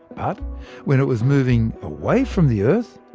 but when it was moving away from the earth,